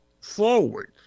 forward